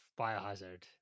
Biohazard